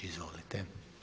Izvolite.